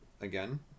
again